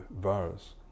virus